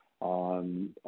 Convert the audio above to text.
on